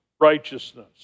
righteousness